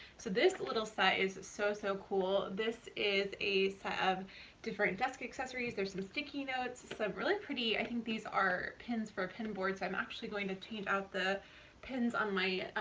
so this little set is so, so cool. this is a set of different desk accessories. there's some sticky notes, some really pretty, i think these are pins for a pin board, so i'm actually going to change out the pins on my,